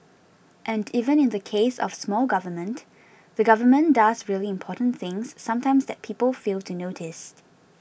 and even in the case of small government the government does really important things sometimes that people fail to notice